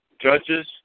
judges